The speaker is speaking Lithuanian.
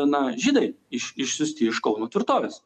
na žydai iš išsiųsti iš kauno tvirtovės